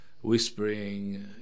whispering